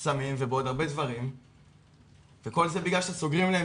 סמים ובעוד הרבה דברים וכל זה בגלל שסוגרים להם